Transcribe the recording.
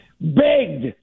begged